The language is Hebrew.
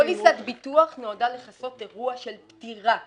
פוליסת הביטוח נועדה לכסות אירוע של פטירה.